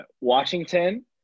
Washington